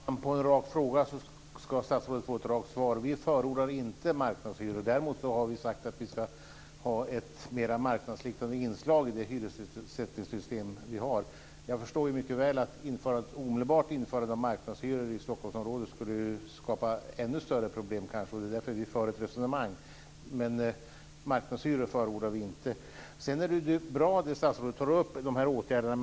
Fru talman! På en rak fråga ska statsrådet få ett rakt svar. Vi förordar inte marknadshyror. Däremot har vi sagt att vi ska ha ett mer marknadsliknande inslag i det hyressättningssystem vi har. Jag förstår mycket väl att ett omedelbart införande av marknadshyror i Stockholmsområdet skulle skapa ännu större problem. Det är därför vi för ett resonemang. Men marknadshyror förordar vi inte. De åtgärder statsrådet tar upp är bra.